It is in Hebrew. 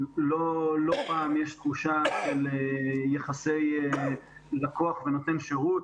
לא פעם יש תחושה של יחסי לקוח ונותן שירות,